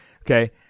Okay